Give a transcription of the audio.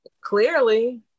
Clearly